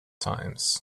times